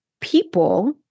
people